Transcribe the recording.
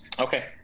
okay